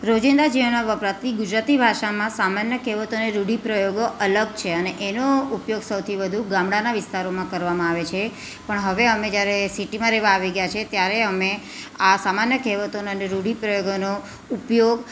રોજિંદા જીવનમાં વપરાતી ગુજરાતી ભાષામાં સામાન્ય કહેવતો અને રૂઢિપ્રયોગો અલગ છે અને એનો ઉપયોગ સૌથી વધુ ગામડાના વિસ્તારોમાં કરવામાં આવે છે પણ હવે અમે જ્યારે સિટીમાં રહેવા આવી ગયા છીએ ત્યારે અમે આ સામાન્ય કહેવતો અને રૂઢિપ્રયોગોનો ઉપયોગ